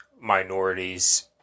minorities